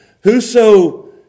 Whoso